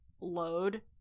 load